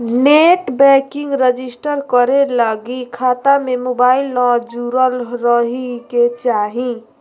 net banking register करे लगी खता में मोबाईल न जुरल रहइ के चाही